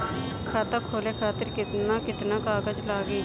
खाता खोले खातिर केतना केतना कागज लागी?